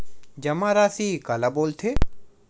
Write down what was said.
जमा राशि काला बोलथे?